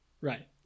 Right